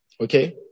okay